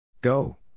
Go